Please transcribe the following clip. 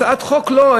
הצעת חוק לא,